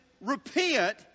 repent